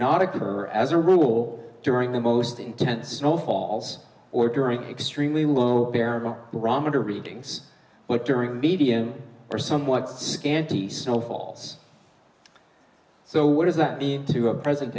not occur as a rule during the most intense snow falls or during extremely low barabar rommany readings but during b t n or somewhat scanty snowfalls so what does that mean to a present